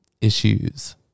issues